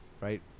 right